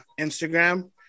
Instagram